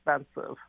expensive